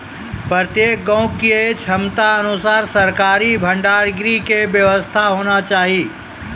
प्रत्येक गाँव के क्षमता अनुसार सरकारी भंडार गृह के व्यवस्था होना चाहिए?